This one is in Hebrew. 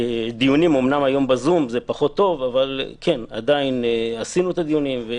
הדיונים היום הם בזום וזה פחות טוב אבל עשינו את הדיונים.